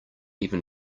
even